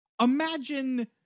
Imagine